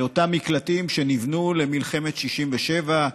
לאותם מקלטים שנבנו למלחמת 67',